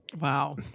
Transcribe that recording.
Wow